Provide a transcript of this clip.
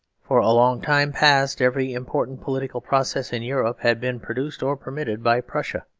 for a long time past every important political process in europe had been produced or permitted by prussia.